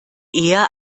eher